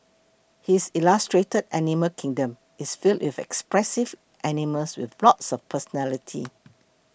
his illustrated animal kingdom is filled with expressive animals with lots of personality